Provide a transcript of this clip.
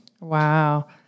Wow